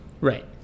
Right